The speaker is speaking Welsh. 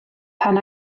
pan